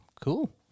Cool